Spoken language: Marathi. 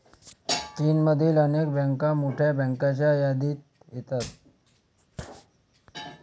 चीनमधील अनेक बँका मोठ्या बँकांच्या यादीत येतात